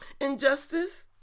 injustice